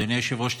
אדוני היושב-ראש,